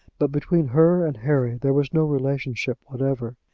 but between her and harry there was no relationship whatever.